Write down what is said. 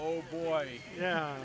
oh boy yeah